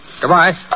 Goodbye